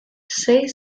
sei